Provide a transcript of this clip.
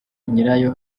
nyirayo